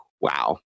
Wow